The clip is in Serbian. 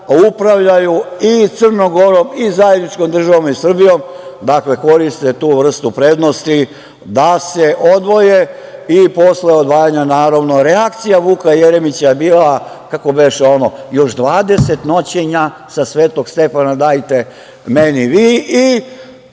upravljaju i Crnom Gorom i zajedničkom državom i Srbijom, dakle koriste tu vrstu prednosti, da se odvoje i posle odvajanja, naravno, reakcija Vuka Jeremića je bila, kako beše ono - još 20 noćenja sa Svetog Stefana dajte meni vi, i